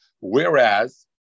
Whereas